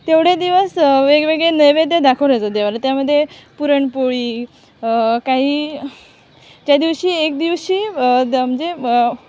तेवढे दिवस वेगवेगळे नैवेद्य दाखवले जात देवाला त्यामध्ये पुरणपोळी काही त्यादिवशी एक दिवशी द म्हणजे व